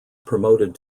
promoted